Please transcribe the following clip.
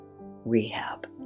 rehab